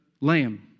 lamb